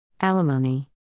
Alimony